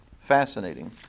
fascinating